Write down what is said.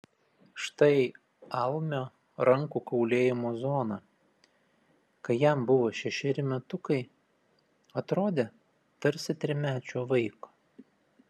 štai almio rankų kaulėjimo zona kai jam buvo šešeri metukai atrodė tarsi trimečio vaiko